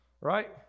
right